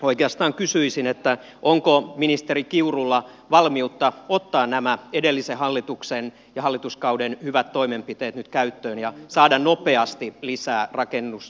oikeastaan kysyisin onko ministeri kiurulla valmiutta ottaa nämä edellisen hallituksen ja hallituskauden hyvät toimenpiteet nyt käyttöön ja saada nopeasti lisää rakennustuotantoa pääkaupunkiseudulle